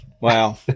Wow